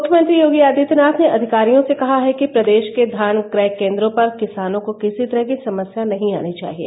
मुख्यमंत्री योगी आदित्यनाथ ने अधिकारियो से कहा है कि प्रदेश के धान क्रय केन्द्रों पर किसानों को किसी तरह की समस्या नही आनी चाहिए